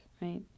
right